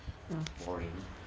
boring